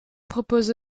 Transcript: propose